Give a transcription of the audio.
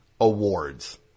Awards